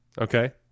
Okay